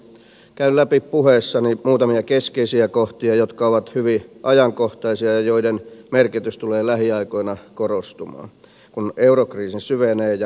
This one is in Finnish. käyn läpi puheessani muutamia keskeisiä kohtia jotka ovat hyvin ajankohtaisia ja joiden merkitys tulee lähiaikoina korostumaan kun eurokriisi syvenee ja laajenee